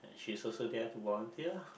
she's also there to volunteer